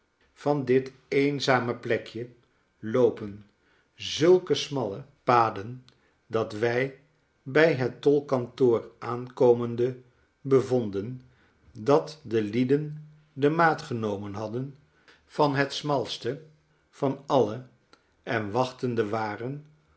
yan dit eenzame plekje loopen zulke smalle genua en hare omstreken paden dat wij bij het tolkantoor aankomende bevonden dat de lieden de maat genomen hadden van het smalste van alle en wachtende waren